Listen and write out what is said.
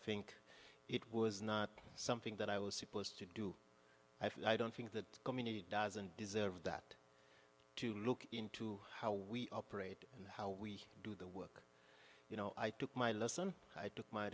think it was not something that i was supposed to do i don't think that community doesn't deserve that to look into how we operate and how we you know i took my lesson i took my